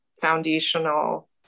foundational